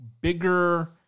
bigger